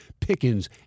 Pickens